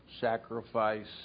sacrifice